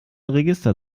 register